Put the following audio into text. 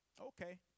Okay